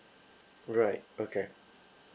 right okay